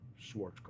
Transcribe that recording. Schwarzkopf